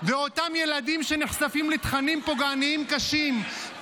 ואותם ילדים שנחשפים לתכנים פוגעניים קשים,